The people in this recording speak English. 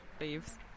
leaves